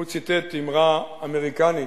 הוא ציטט אמרה אמריקנית.